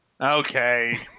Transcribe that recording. okay